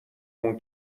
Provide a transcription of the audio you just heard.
اون